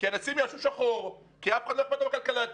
הקמנו את הקרן במסלול המוגבר שיש בה היקף ערבות הרבה יותר משמעותי.